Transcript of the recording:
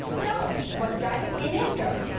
so, what's driving india's growth?